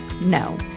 No